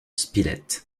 spilett